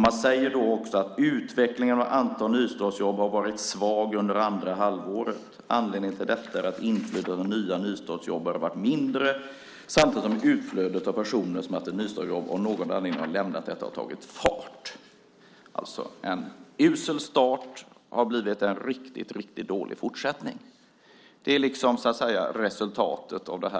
Man säger att utvecklingen av antalet nystartsjobb har varit svag under andra halvåret och att anledningen till det är att inflödet av nya nystartsjobb har varit mindre samtidigt som utflödet av personer som haft nystartsjobb och av någon anledning lämnat detta har tagit fart. Alltså har en usel start blivit en riktigt dålig fortsättning. Det är resultatet av